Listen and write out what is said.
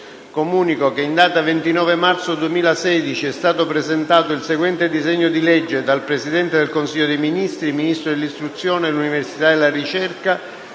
Comunico che, in data 29 marzo 2016, è stato presentato il seguente disegno di legge: *dal Presidente del Consiglio dei ministri e dal Ministro dell'istruzione dell'università e della ricerca*: